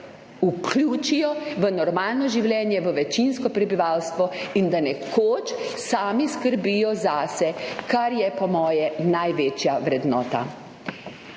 vključijo v normalno življenje, v večinsko prebivalstvo in da nekoč skrbijo sami zase, kar je po mojem največja vrednota.